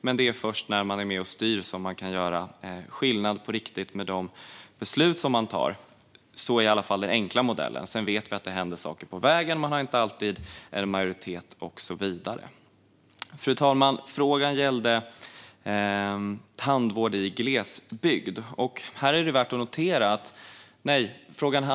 Men det är först när man är med och styr som man kan göra skillnad på riktigt med de beslut man tar. Så är i alla fall den enkla modellen; sedan vet vi att det händer saker på vägen. Man har inte alltid en majoritet och så vidare. Fru talman! Frågan gällde apotek i glesbygd. : Farmaceutsortiment.)